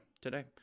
today